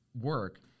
work